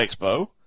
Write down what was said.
Expo